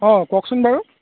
অঁ কওঁকচোন বাৰু